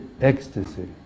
ecstasy